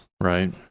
Right